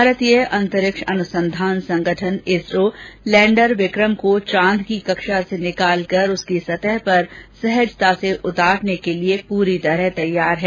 भारतीय अंतरिक्ष अनुसंधान संगठन इसरो लैंडर विक्रम को चांद की कक्षा से निकालकर चांद की सतह पर सहजता से उतारने के लिए पूरी तरह तैयार है